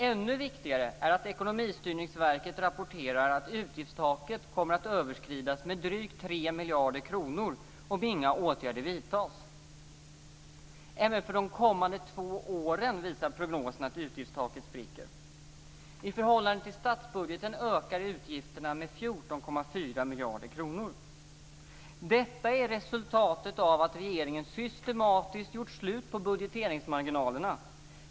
Ännu viktigare är att Ekonomistyrningsverket rapporterar att utgiftstaket kommer att överskridas med drygt 3 miljarder kronor om inga åtgärder vidtas. Även för de kommande två åren visar prognoserna att utgiftstaket spricker. I förhållande till statsbudgeten ökar utgifterna med 14,4 miljarder kronor. Detta är resultatet av att regeringen systematiskt gjort slut på budgeteringsmarginalerna.